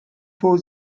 vor